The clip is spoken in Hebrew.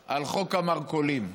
על חוק המרכולים.